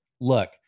look